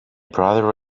brother